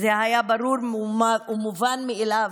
וזה היה ברור ומובן מאליו,